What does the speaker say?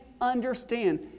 understand